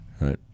right